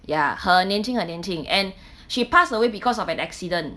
ya 很年轻很年轻 and she passed away because of an accident